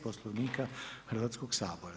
Poslovnika Hrvatskog sabora.